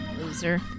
Loser